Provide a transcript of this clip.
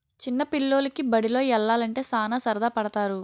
చిన్న పిల్లోలికి బండిలో యల్లాలంటే సాన సరదా పడతారు